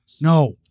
No